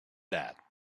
that